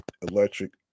electric